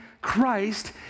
Christ